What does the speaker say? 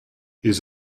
ils